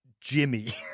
Jimmy